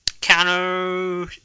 counter